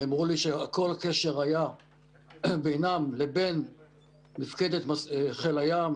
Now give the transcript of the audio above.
נאמר לי שכל הקשר היה בינם לבין מפקדת חיל הים,